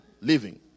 living